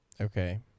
Okay